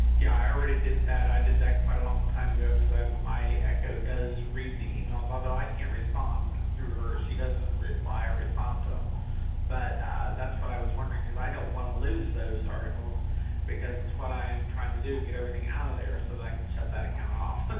yeah i i already did that i did that quite a long time ago my echo my echo does read the emails although i can't respond through her. she doesn't and reply or respond to them but that's what i was wondering because i don't want to lose those articles because that's what i am trying to do get everything out of there so that i can shut that account off.